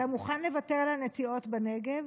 אתה מוכן לוותר על הנטיעות בנגב?